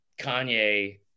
Kanye